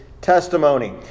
testimony